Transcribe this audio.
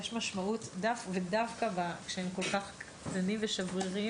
יש משמעות לנוכחות דווקא כשהם כל כך קטנים ושבריריים.